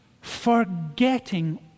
forgetting